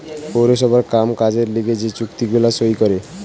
পৌরসভার কাম কাজের লিগে যে চুক্তি গুলা সই করে